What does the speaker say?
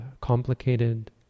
complicated